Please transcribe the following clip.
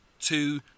two